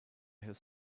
his